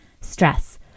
stress